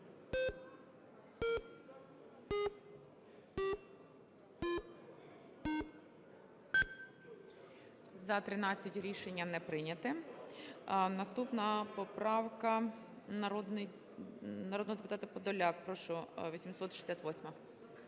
За-13 Рішення не прийнято. Наступна поправка - народного депутата Подоляк. Прошу, 868-а.